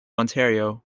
ontario